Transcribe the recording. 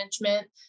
management